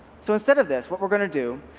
so instead of this what we are going to do,